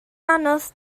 anodd